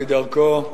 כדרכו,